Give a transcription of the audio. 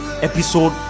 episode